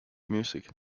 music